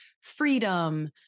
freedom